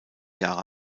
jahre